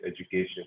education